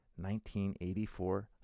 1984